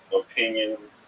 opinions